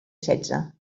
setze